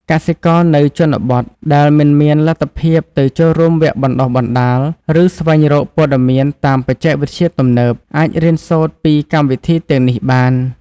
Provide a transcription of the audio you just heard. កសិករនៅជនបទដែលមិនមានលទ្ធភាពទៅចូលរួមវគ្គបណ្ដុះបណ្ដាល ឬស្វែងរកព័ត៌មានតាមបច្ចេកវិទ្យាទំនើប អាចរៀនសូត្រពីកម្មវិធីទាំងនេះបាន។